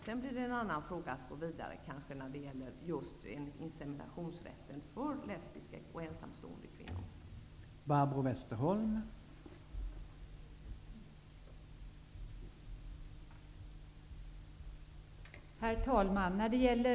Att kanske sedan gå vidare när det gäller inseminationsrätten för ensamstående och lesbiska kvinnor blir en annan fråga.